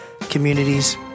communities